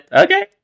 okay